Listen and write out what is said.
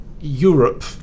Europe